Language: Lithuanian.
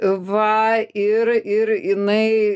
va ir ir jinai